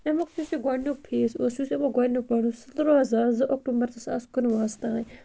اَمیُک یُس یہِ گۄڈنیُک فیس اوس یُس ییٚمہِ گۄڈنیُک پَڑُاو سُہ تُرٛواہ زٕ زٕ اکٹوٗبَر زٕ ساس کُنوُہَس تانۍ